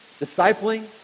discipling